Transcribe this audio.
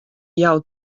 jout